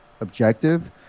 objective